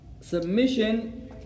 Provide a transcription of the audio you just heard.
submission